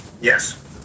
Yes